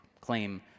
claim